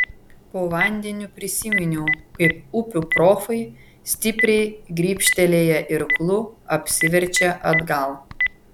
po vandeniu prisiminiau kaip upių profai stipriai grybštelėję irklu apsiverčia atgal